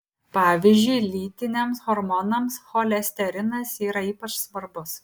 pavyzdžiui lytiniams hormonams cholesterinas yra ypač svarbus